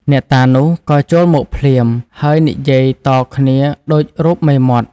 អ្នកតានោះក៏ចូលមកភ្លាម ហើយនិយាយតគ្នាដូចរូបមេមត់ ។